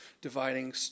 dividing